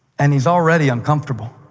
and he's already uncomfortable.